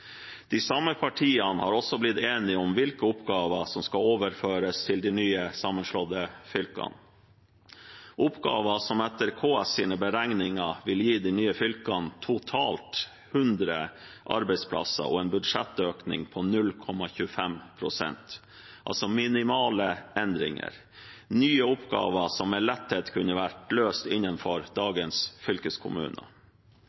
De samme partiene har også blitt enige om hvilke oppgaver som skal overføres til de nye, sammenslåtte fylkene, oppgaver som etter KS’ beregninger vil gi de nye fylkene totalt 100 arbeidsplasser og en budsjettøkning på 0,25 pst. – altså minimale endringer – nye oppgaver som med letthet kunne vært løst innenfor